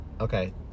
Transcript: Okay